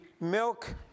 milk